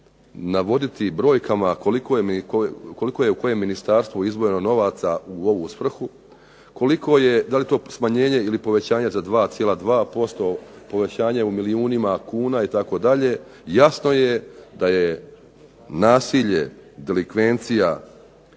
navoditi brojkama koliko je u kojem ministarstvu izdvojeno novaca u ovu svrhu, koliko je da li to smanjenje ili povećanje za 2,2% povećanje u milijunima kuna itd. jasno je da je nasilje, delikvencija,